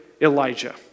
Elijah